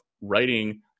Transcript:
writing